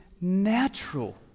natural